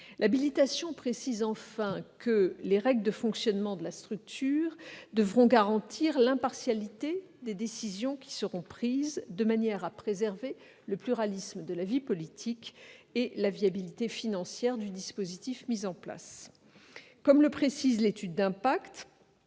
l'habilitation précise que les règles de fonctionnement de la structure devront garantir l'impartialité des décisions qui seront prises, de manière à préserver le pluralisme de la vie politique et la viabilité financière du dispositif mis en place. Comme le précise l'étude d'impact,